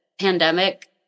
pandemic